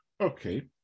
okay